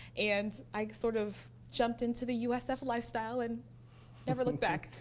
and i sort of jumped into the usf lifestyle and never looked back.